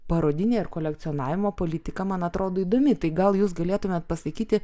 parodinė ar kolekcionavimo politika man atrodo įdomi tai gal jūs galėtumėt pasakyti